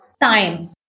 time